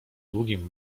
długim